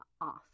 off